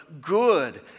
good